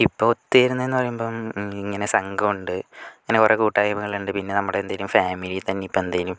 ഇപ്പോഴത്തേ എന്ന് പറയുമ്പം ഇങ്ങനെ സംഘമുണ്ട് അങ്ങനെ കുറെ കൂട്ടായ്മകൾ ഉണ്ട് പിന്നെ നമ്മുടെ എന്തെങ്കിലും ഫാമിലി തന്നെ ഇപ്പം എന്തെങ്കിലും